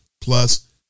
plus